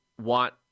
want